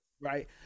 Right